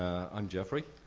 i'm geoffrey.